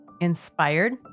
inspired